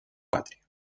patria